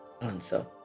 answer